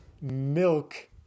milk